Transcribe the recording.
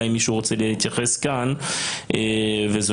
אלא אם מישהו רוצה להתייחס כאן.